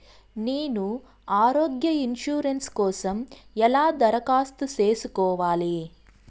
నేను ఆరోగ్య ఇన్సూరెన్సు కోసం ఎలా దరఖాస్తు సేసుకోవాలి